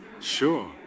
sure